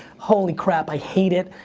holy crap, i hate it.